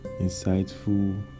insightful